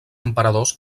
emperadors